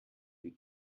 die